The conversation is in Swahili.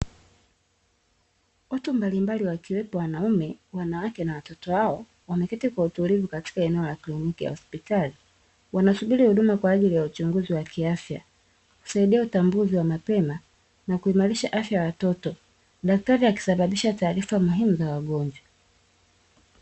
Watu mbalimbali wakiwepo wanaume wanawake na watoto wao wameketi kwa utulivu katika eneo la kliniki ya hospitali, wanasubiri huduma kwa ajili ya uchunguzi wa kiafya kusaidia utambuzi wa mapema na kuimarisha afya ya watoto, daktari akisababisha taarifa muhimu za wagonjwa.